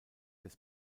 des